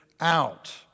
out